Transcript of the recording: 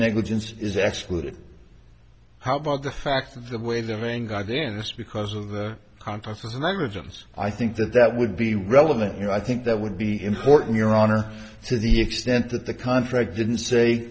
negligence is actually how about the fact that the way their main guy then it's because of the contents of the negligence i think that that would be relevant here i think that would be important your honor to the extent that the contract didn't say